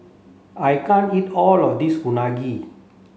I can't eat all of this Unagi